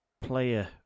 player